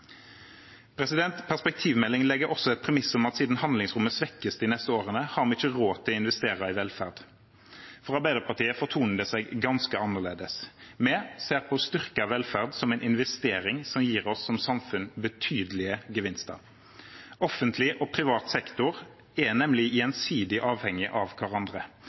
Perspektivmeldingen legger også et premiss om at siden handlingsrommet svekkes de neste årene, har vi ikke råd til å investere i velferd. For Arbeiderpartiet fortoner det seg ganske annerledes. Vi ser på styrket velferd som en investering som gir oss som samfunn betydelige gevinster. Offentlig og privat sektor er nemlig gjensidig avhengig av hverandre.